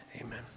Amen